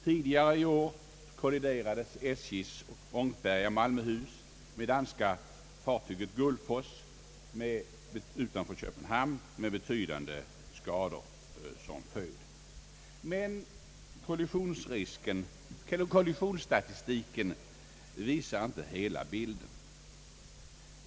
Tidigare i år kolliderade SJ:s ångfärja Malmöhus med det danska fartyget Gullfoss utanför Köpenhamn med betydande skador som följd. Kollisionsstatistiken visar dock inte hela bilden.